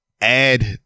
add